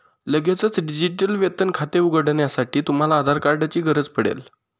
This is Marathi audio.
लगेचच डिजिटल वेतन खाते उघडण्यासाठी, तुम्हाला आधार कार्ड ची गरज पडेल